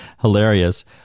hilarious